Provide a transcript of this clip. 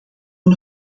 men